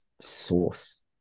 source